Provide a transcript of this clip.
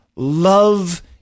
love